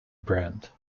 brand